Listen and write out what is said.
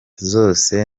zose